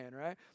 right